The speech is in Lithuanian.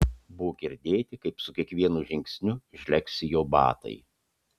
buvo girdėti kaip su kiekvienu žingsniu žlegsi jo batai